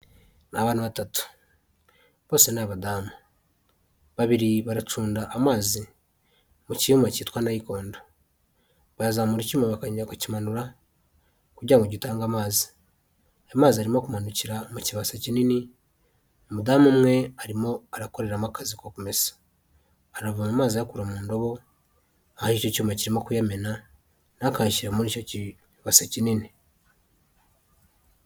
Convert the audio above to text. Ni abantu batatu bose ni abadamu babiri baracunda amazi mu cyuma cyitwa nayikondo, bazamura icyuma bakongera bakakimanura kugirango gitange amazi, amazi arimo kumanukira mu kibase kinini, umudamu umwe arimo arakoreramo akazi ko kumesa, aravoma amazi ayakura mu ndobo, aho icyo cyuma kirimo kuyamena na we akayashyira muri icyo kibase kinini.